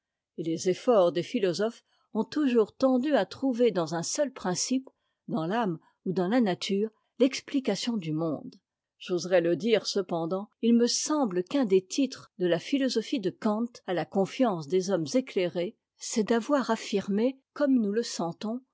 et les efforts des philosophes ont toujous tendu à trouver dans un seul principe dans t'âmè ou dans la nature l'explication du monde j'oserai le dire cependant il me semble qu'un des titres de la philosophie de kant à la confiance des hommes éclairés c'est d'avoir affirmé comme nous le sentons